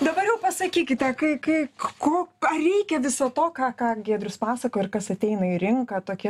dabar jau pasakykite kai kai ko reikia viso to ką ką giedrius pasakojo ir kas ateina į rinką tokie